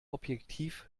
objektiv